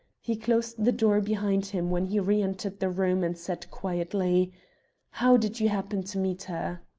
he closed the door behind him when he re-entered the room, and said quietly how did you happen to meet her?